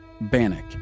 Bannock